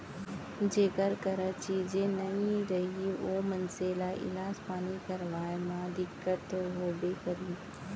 जेकर करा चीजे नइ रही ओ मनसे ल इलाज पानी करवाय म दिक्कत तो होबे करही